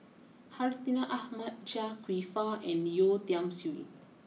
Hartinah Ahmad Chia Kwek Fah and Yeo Tiam Siew